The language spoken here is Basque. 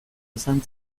izan